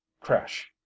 crash